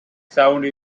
sounds